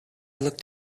looked